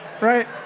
right